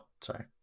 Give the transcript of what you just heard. sorry